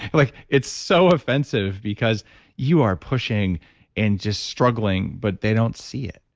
like it's so offensive because you are pushing and just struggling, but they don't see it.